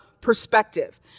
perspective